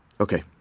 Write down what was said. okay